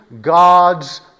God's